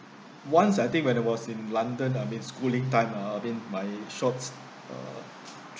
once I think when I was in london I mean schooling time uh I mean my short uh